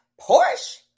Porsche